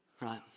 Right